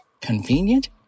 convenient